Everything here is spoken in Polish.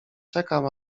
czekam